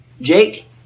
Jake